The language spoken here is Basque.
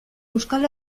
euskal